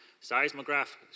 Seismograph